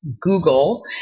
Google